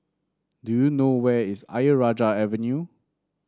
do you know where is Ayer Rajah Avenue